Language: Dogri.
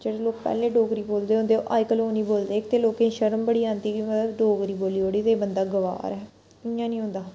जेह्ड़े लोक पैह्लै डोगरी बोलदे होंदे अज्जकल ओह् नी बोलदे इक ते लोकें गी शर्म बड़ी आंदी के मतलब डोगरी बोली ओड़ी ते एह् बंदा गवांर ऐ इ'यां नी होंदा